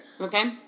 Okay